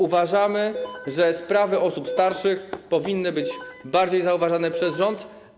Uważamy, że sprawy osób starszych powinny być bardziej zauważane przez rząd.